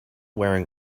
wearing